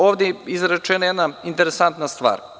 Ovde je izrečena jedna interesantna stvar.